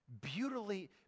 beautifully